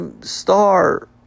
star